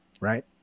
right